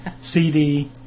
CD